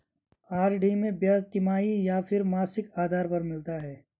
RD में ब्याज तिमाही या फिर मासिक आधार पर मिलता है?